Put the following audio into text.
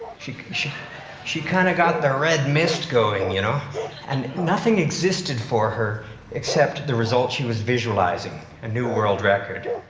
she she kind of got the red mist going. you know and nothing existed for her except the results she was visualizing, a new world record.